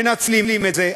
מנצלים את זה.